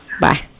Bye